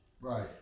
Right